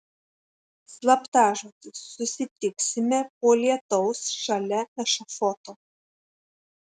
slaptažodis susitiksime po lietaus šalia ešafoto